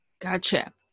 Gotcha